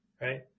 Right